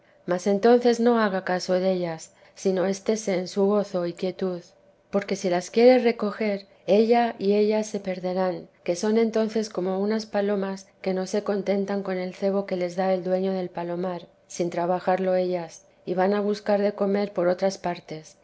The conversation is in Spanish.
mas entonces no haga caso dellas sino estése en su gozo y quietud porque si las quiere recoger ella y ellas se perderán que son entonces como unas palomas que no se contentan con el cebo que les da el dueño del palomar sin trabajarlo ellas y van a buscar de comer por otras partes